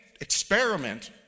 experiment